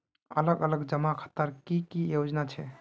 अलग अलग जमा खातार की की योजना छे?